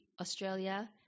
Australia